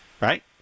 right